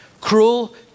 cruel